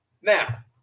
Now